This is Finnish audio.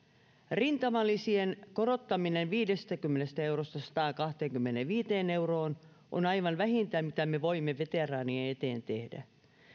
rintamalisien korottaminen viidestäkymmenestä eurosta sataankahteenkymmeneenviiteen euroon on aivan vähintä mitä me voimme veteraanien eteen tehdä se